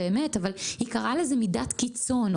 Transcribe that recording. מידת קיצון.